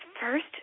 first